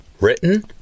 Written